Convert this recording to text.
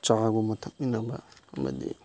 ꯆꯥꯒꯨꯝꯕ ꯊꯛꯃꯤꯟꯅꯕ ꯑꯃꯗꯤ